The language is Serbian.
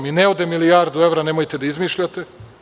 I ne ode milijardu evra, nemojte da izmišljate.